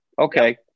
okay